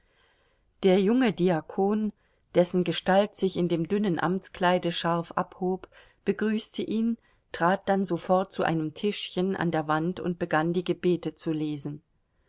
der junge diakon dessen gestalt sich in dem dünnen amtskleide scharf abhob begrüßte ihn trat dann sofort zu einem tischchen an der wand und begann die gebete zu lesen